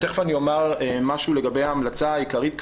תיכף אומר משהו לגבי ההמלצה העיקרית,